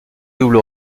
double